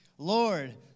Lord